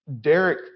Derek